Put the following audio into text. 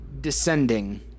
descending